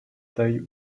taille